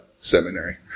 seminary